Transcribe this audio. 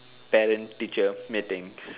parent teacher meetings